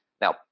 Now